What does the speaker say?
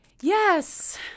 yes